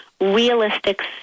realistic